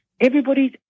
Everybody's